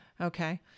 Okay